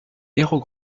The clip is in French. héros